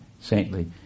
saintly